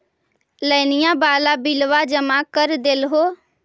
लोनिया वाला बिलवा जामा कर देलहो?